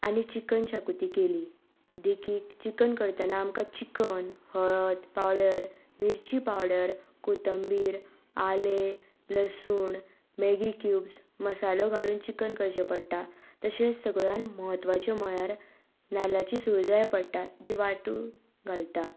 आनी चिकन शागोती केली देखीक चिकन करताना आमकां चिकन हळद पावडर मिर्ची पावडर कोतंबीर आलें लसूण मॅगी क्युब्स मसालो घालून चिकन करचें पडटा तशेंच सगळ्यांत महत्वाचें म्हळ्यार नाल्लाची सोय जाय पडटा जी वाटूं घालता